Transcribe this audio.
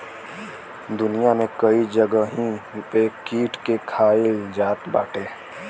दुनिया में कई जगही पे कीट के खाईल जात बाटे